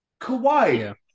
Kawhi